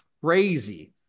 crazy